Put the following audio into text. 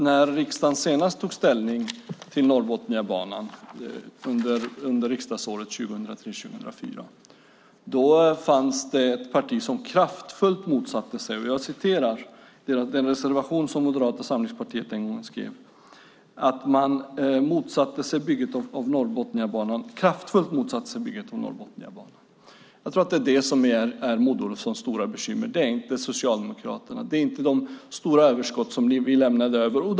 När riksdagen senast tog ställning till Norrbotniabanan, under riksdagsåret 2003-2004, fanns det ett parti som kraftfullt motsatte sig förslaget. Jag läser i den motion som Moderata samlingspartiet den gången skrev. Man skrev att man kraftfullt motsatte sig bygget av Norrbotniabanan. Jag tror att det är det som är Maud Olofssons stora bekymmer. Det är inte Socialdemokraterna. Det är inte de stora överskott som vi lämnade över.